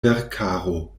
verkaro